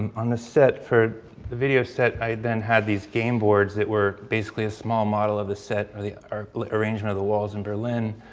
on the set, for the video set, i then had these game boards that were basically a small model of the set or the like arrangement of the walls in berlin.